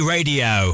Radio